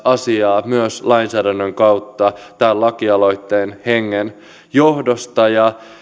asiaa tarkasteltaisiin myös lainsäädännön kautta tämän lakialoitteen hengen johdosta